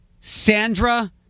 Sandra